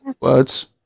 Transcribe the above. words